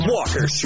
Walker